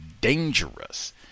dangerous